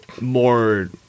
more